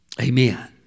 Amen